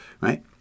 right